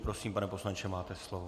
Prosím, pane poslanče, máte slovo.